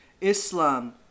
Islam